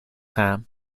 ham